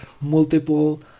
multiple